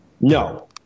No